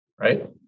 right